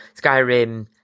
skyrim